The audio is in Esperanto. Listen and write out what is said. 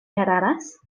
eraras